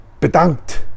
Bedankt